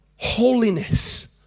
Holiness